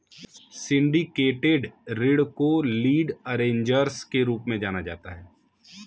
syndicated ऋण को lead arrangers के रूप में जाना जाता है